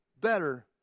better